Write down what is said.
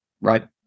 right